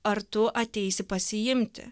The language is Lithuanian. ar tu ateisi pasiimti